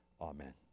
Amen